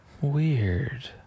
Weird